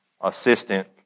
assistant